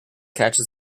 catches